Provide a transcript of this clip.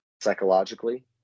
psychologically